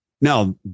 now